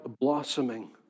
blossoming